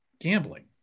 gambling